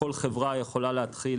כל חברה יכולה להקים